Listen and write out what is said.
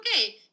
okay